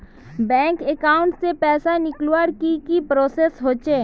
Bank account से पैसा निकालवर की की प्रोसेस होचे?